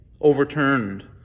overturned